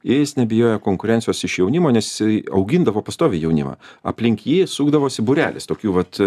jis nebijojo konkurencijos iš jaunimo nes jisai augindavo pastoviai jaunimą aplink jį sukdavosi būrelis tokių vat